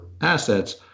assets